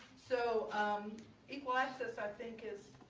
so equal access i think is